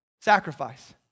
sacrifice